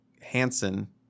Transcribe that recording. Hansen